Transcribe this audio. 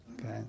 Okay